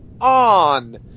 on